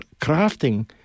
crafting